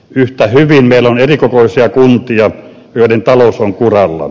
yhtä hyvin meillä on erikokoisia kuntia joiden talous on kuralla